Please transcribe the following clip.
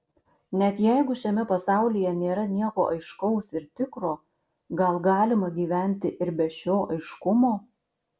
net jeigu šiame pasaulyje nėra nieko aiškaus ir tikro gal galima gyventi ir be šio aiškumo